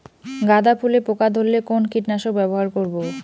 গাদা ফুলে পোকা ধরলে কোন কীটনাশক ব্যবহার করব?